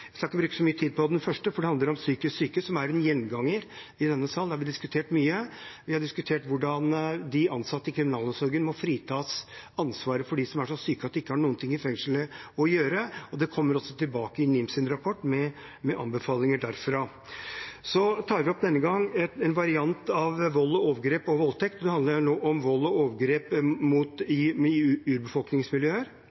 skal ikke bruke så mye tid på den første, for det handler om psykisk syke, som er en gjenganger i denne salen, og som vi har diskutert mye. Vi har diskutert hvordan de ansatte i kriminalomsorgen må fritas fra ansvaret for dem som er så syke at de ikke har noe i fengsel å gjøre. Det kommer også tilbake i NIMs rapport med anbefalinger derfra. Så tar vi denne gangen opp en variant av vold, overgrep og voldtekt. Det handler om vold og overgrep